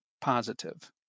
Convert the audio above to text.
positive